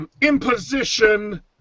imposition